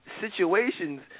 situations